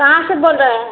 कहाँ से बोल रहे हैं